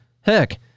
Heck